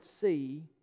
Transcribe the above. see